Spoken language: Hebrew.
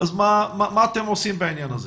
מה אתם עושים בעניין הזה?